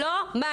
זה לא מעניין.